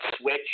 switch